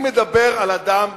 אני מדבר על אדם,